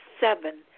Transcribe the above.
seven